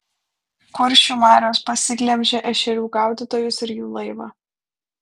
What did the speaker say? kuršių marios pasiglemžė ešerių gaudytojus ir jų laivą